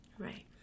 Right